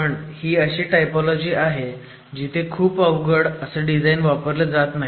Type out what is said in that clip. पण ही अशी टायपोलोजी आहे जिथे खूप अवघड असं डिझाईन वापरलं जात नाही